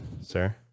sir